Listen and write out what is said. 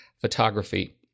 photography